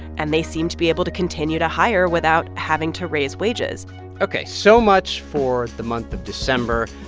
and they seem to be able to continue to hire without having to raise wages ok, so much for the month of december.